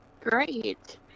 Great